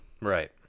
Right